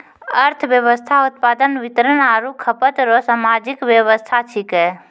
अर्थव्यवस्था उत्पादन वितरण आरु खपत रो सामाजिक वेवस्था छिकै